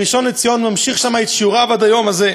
הראשון לציון, ממשיך שם את שיעוריו עד היום הזה.